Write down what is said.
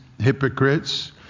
hypocrites